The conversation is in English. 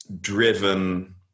driven